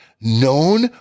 known